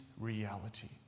reality